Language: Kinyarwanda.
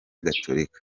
gatolika